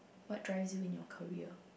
what drives you in your career